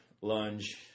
lunge